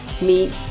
meet